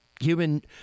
human